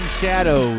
Shadow